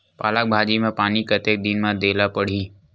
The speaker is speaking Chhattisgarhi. पालक भाजी म पानी कतेक दिन म देला पढ़ही?